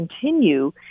continue